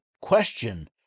question